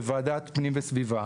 בוועדת פנים וסביבה,